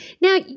Now